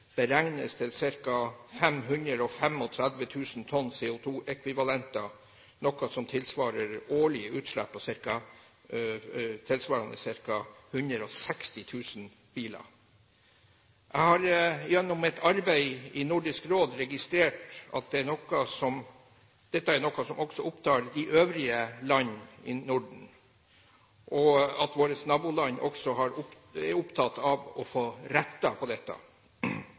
beregnes til ca. 535 000 tonn CO2-ekvivalenter, noe som tilsvarer årlige utslipp fra ca. 160 000 biler. Jeg har gjennom mitt arbeid i Nordisk råd registrert at dette er noe som også opptar de øvrige land i Norden, og at våre naboland også er opptatt av å få rettet på dette.